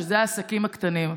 שאלה העסקים הקטנים.